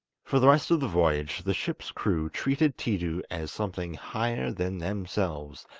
for the rest of the voyage the ship's crew treated tiidu as something higher than themselves,